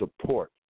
support